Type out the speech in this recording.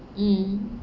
mm